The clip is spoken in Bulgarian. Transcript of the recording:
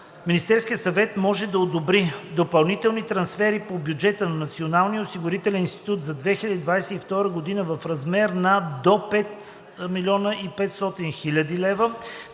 Министерският съвет може да одобри допълнителни трансфери по бюджета на Националния осигурителен институт за 2022 г. в размер на до 5 500,0 хил. лв.